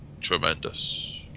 tremendous